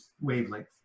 wavelength